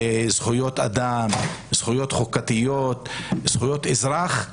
זכויות אדם, זכויות חוקתיות וזכויות אזרח,